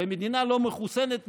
במדינה לא מחוסנת,